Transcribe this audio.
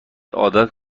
عادت